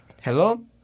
Hello